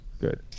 Good